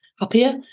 happier